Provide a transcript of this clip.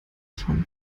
schon